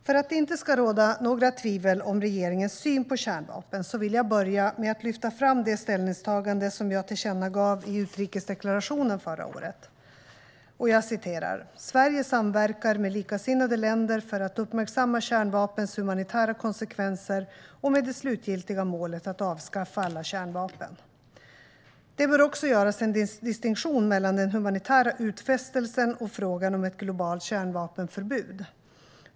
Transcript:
För att det inte ska råda några tvivel om regeringens syn på kärnvapen vill jag börja med att lyfta fram det ställningstagande som jag tillkännagav i utrikesdeklarationen förra året: "Sverige kommer att samverka med likasinnade länder för att uppmärksamma kärnvapens humanitära konsekvenser och för att avskaffa alla kärnvapen." Det bör också göras en distinktion mellan den humanitära utfästelsen och frågan om ett globalt kärnvapenförbud.